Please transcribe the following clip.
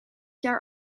jaar